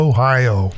Ohio